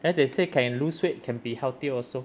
then they say can lose weight can be healthy also